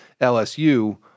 LSU